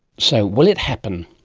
so will it happen?